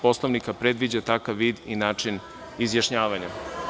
Poslovnika predviđa takav vid i način izjašnjavanja.